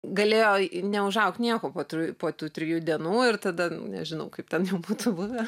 galėjo neužaugt nieko po tri po tų trijų dienų ir tada nu nežinau kaip ten jau būtų buvę